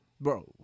bro